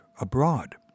abroad